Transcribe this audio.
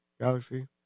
Galaxy